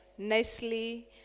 nicely